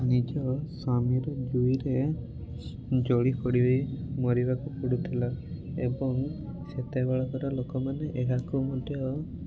ନିଜ ସ୍ୱାମୀର ଯୁଇରେ ଜଳି ପୋଡ଼ି ହୋଇ ମରିବାକୁ ପଡ଼ୁଥିଲା ଏବଂ ସେତେବେଳକର ଲୋକମାନେ ଏହାକୁ ମଧ୍ୟ